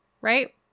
Right